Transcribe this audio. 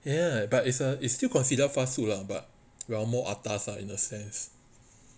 ya but it's ugh it's still consider fast food lah but well more atas lah in a sense